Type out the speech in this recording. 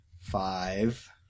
five